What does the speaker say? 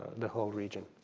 the whole region.